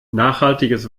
nachhaltiges